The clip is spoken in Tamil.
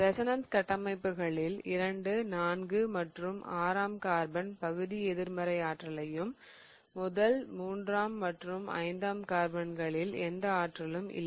ரெசோனன்ஸ் கட்டமைப்புகளில் இரண்டு நான்கு மற்றும் ஆறாம் கார்பன் பகுதி எதிர்மறை ஆற்றலையும் முதல் மூன்றாம் மற்றும் ஐந்தாம் கார்பன்களில் எந்த ஆற்றலும் இல்லை